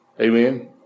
Amen